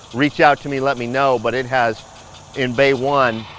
reach out to me, let me know, but it has in bay one,